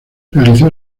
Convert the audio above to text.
realizó